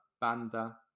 Banda